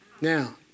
Now